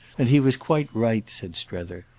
and he was quite right, said strether.